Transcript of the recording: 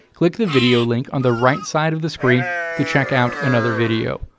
click the video link on the right side of the screen to check out another video,